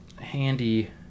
handy